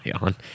on